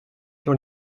sur